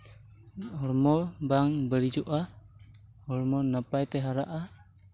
ᱦᱚᱲᱢᱚ ᱵᱟᱝ ᱵᱟᱹᱲᱤᱡᱚᱜᱼᱟ ᱦᱚᱲᱢᱚ ᱱᱟᱯᱟᱭᱛᱮ ᱦᱟᱨᱟᱜᱼᱟ